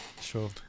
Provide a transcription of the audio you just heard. Sure